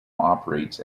operates